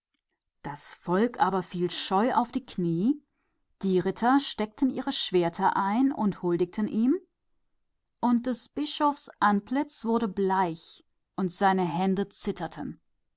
das volk fiel in scheu auf die knie und die edlen stießen ihr schwert in die scheide und huldigten ihm und des bischofs antlitz wurde bleich und seine hände zitierten